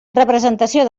representació